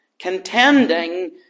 Contending